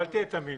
אל תהיה תמים.